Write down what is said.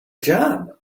job